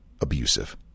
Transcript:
abusive